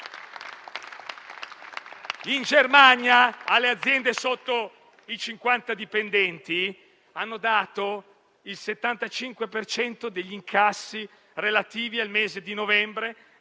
In Germania, alle aziende sotto i 50 dipendenti hanno dato il 75 per cento degli incassi relativi al mese di novembre